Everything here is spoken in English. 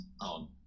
on